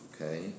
Okay